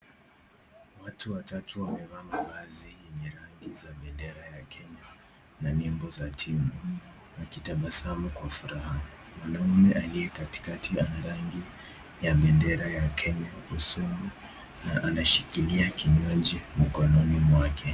Watu watatu wamevaa mavazi yenye rangi za bendera ya Kenya na nembo za timu wakitababsamu kwa furaha. Mwanaume aliyekatikati anarangi ya bendera ya Kenya usoni na anashikilia kinywaji mkononi mwake.